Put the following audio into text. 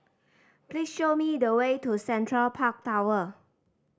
please show me the way to Central Park Tower